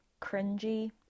cringy